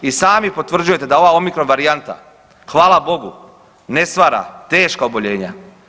I sami potvrđujete da ova omikron varijanta hvala Bogu ne stvara teška oboljenja.